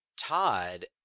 Todd